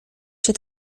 się